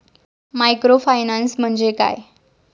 Microfinance म्हणजे काय?